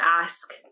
ask